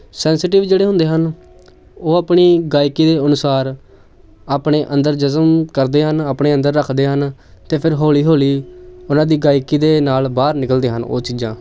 sensitive ਜਿਹੜੇ ਹੁੰਦੇ ਹਨ ਉਹ ਆਪਣੀ ਗਾਇਕੀ ਦੇ ਅਨੁਸਾਰ ਆਪਣੇ ਅੰਦਰ ਜਜ਼ਮ ਕਰਦੇ ਹਨ ਆਪਣੇ ਅੰਦਰ ਰੱਖਦੇ ਹਨ ਅਤੇ ਫਿਰ ਹੌਲੀ ਹੌਲੀ ਉਹਨਾਂ ਦੀ ਗਾਇਕੀ ਦੇ ਨਾਲ ਬਾਹਰ ਨਿਕਲਦੇ ਹਨ ਉਹ ਚੀਜ਼ਾਂ